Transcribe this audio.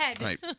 Right